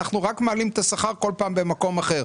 אנחנו רק מעלים את השכר כל פעם במקום אחר.